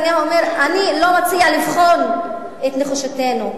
הממשלה נתניהו אומר: אני לא מציע לבחון את נחישותנו.